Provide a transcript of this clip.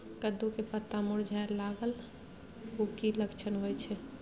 कद्दू के पत्ता मुरझाय लागल उ कि लक्षण होय छै?